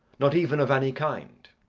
not even of any kind.